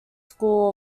school